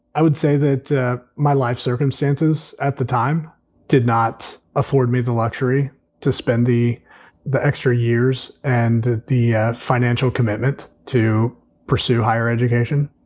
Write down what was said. i would say that my life circumstances at the time did not afford me the luxury to spend the the extra years and the the financial commitment to pursue higher education.